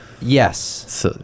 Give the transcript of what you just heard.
Yes